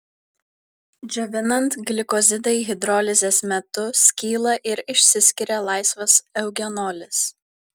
džiovinant glikozidai hidrolizės metu skyla ir išsiskiria laisvas eugenolis